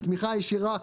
התמיכה הישירה,